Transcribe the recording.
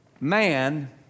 man